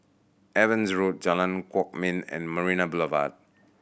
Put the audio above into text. Evans Road Jalan Kwok Min and Marina Boulevard